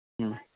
ਹਮ